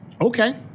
okay